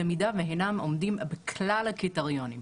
במידה והן עומדות בכלל הקריטריונים: